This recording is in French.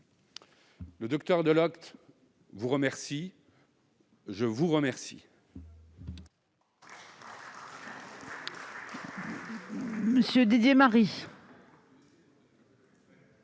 Le docteur de Locht vous remercie ; je vous remercie.